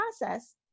process